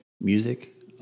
Music